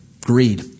greed